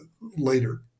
later